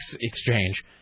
exchange